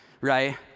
right